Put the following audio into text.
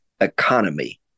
economy